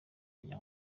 ajya